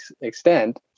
extent